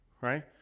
right